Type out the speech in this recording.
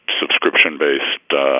subscription-based